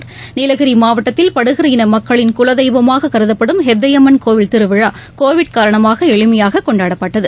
தண்ணீரை வனத்துறை அமைச்சர் நீலகிரி மாவட்டத்தில் படுகர் இன மக்களின் குலதெய்வமாக கருதப்படும் ஹெத்தையம்மன் கோவில் திருவிழா கோவிட் காரணமாக எளிமையாக கொண்டாடப்பட்டது